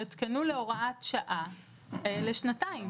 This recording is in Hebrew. יותקנו להוראת שעה לשנתיים.